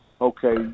okay